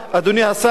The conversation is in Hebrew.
אדוני השר,